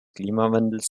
klimawandels